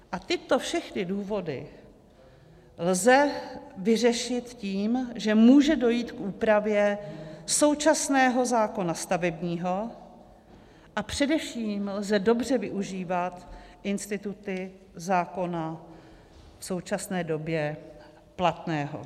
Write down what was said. A tyto všechny důvody lze vyřešit tím, že může dojít k úpravě současného zákona stavebního a především lze dobře využívat instituty zákona v současné době platného.